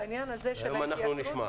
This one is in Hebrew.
היום אנחנו נשמע.